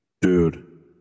Dude